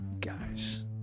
guys